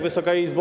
Wysoka Izbo!